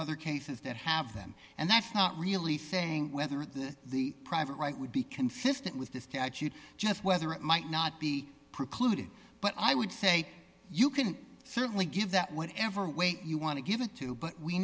other cases that have them and that's not really saying whether the the private right would be consistent with the statute just whether it might not be precluded but i would say you can certainly give that whatever weight you want to give it to but we